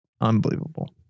unbelievable